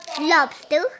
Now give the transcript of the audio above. Lobster